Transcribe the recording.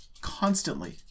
constantly